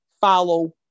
follow